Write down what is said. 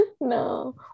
no